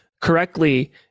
correctly